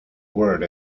word